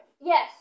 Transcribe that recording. Yes